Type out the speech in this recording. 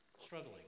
struggling